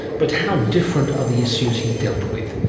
but how different are the issues he dealt with?